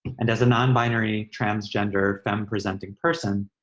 and as a non-binary, transgender, femme-presenting person,